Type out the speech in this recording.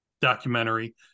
documentary